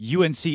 UNC